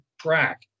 track